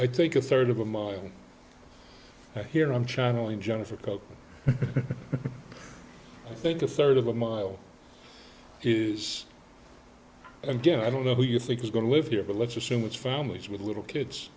i think a third of a mile here i'm channeling jennifer koch i think a third of a mile is again i don't know who you think is going to live here but let's assume it's families with little kids